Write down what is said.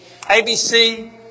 ABC